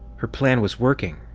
her plan was working!